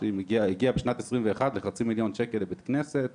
שהיא הגיעה בשנת 2021 לחצי מיליון שקל לבית כנסת,